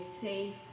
safe